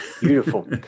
Beautiful